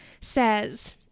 says